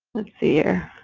let's see. here